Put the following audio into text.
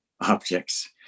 objects